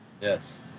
Yes